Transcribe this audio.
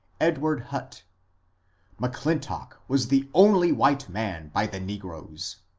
edward hutt m'clintock was the only white man by the negroes.